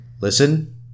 listen